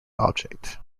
object